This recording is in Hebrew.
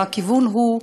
והכיוון הוא,